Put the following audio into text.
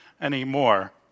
anymore